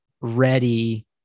ready